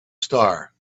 star